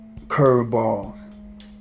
curveballs